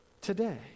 today